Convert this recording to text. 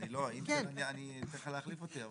אני הייתי נותן לך להחליף אותי.